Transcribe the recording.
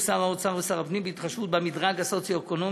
שר האוצר ושר הפנים בהתחשבות במדרג הסוציו-אקונומי